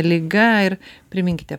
liga ir priminkite